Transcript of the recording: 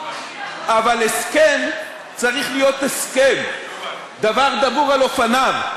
אבל הסכם צריך להיות הסכם דבר דבור על אופניו.